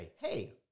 hey